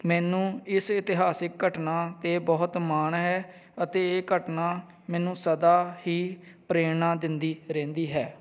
ਮੈਨੂੰ ਇਸ ਇਤਿਹਾਸਿਕ ਘਟਨਾ 'ਤੇ ਬਹੁਤ ਮਾਣ ਹੈ ਅਤੇ ਇਹ ਘਟਨਾ ਮੈਨੂੰ ਸਦਾ ਹੀ ਪ੍ਰੇਰਣਾ ਦਿੰਦੀ ਰਹਿੰਦੀ ਹੈ